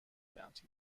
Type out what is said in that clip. bounty